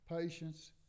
patience